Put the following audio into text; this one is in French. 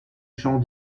chants